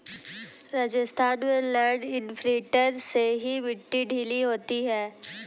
राजस्थान में land imprinter से ही मिट्टी ढीली होती है